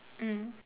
mm